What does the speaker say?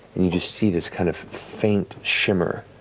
you just see this kind of faint shimmer.